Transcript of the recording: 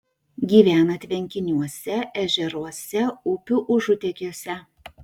gyvena tvenkiniuose ežeruose upių užutėkiuose